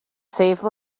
save